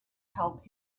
help